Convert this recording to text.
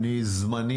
אתם חושבים